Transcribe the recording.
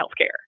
healthcare